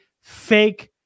fake